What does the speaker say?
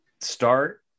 start